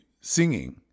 singing